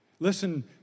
Listen